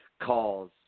calls